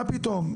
מה פתאום,